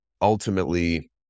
ultimately